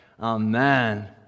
Amen